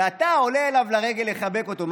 ואתה עולה אליו לרגל לחבק אותו,